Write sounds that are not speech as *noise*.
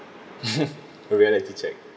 *laughs* a reality check